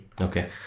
Okay